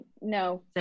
No